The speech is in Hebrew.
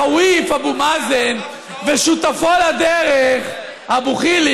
ולמה הח'וואף אבו מאזן ושותפו לדרך אבו חיליק,